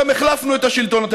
גם החלפנו את השלטון,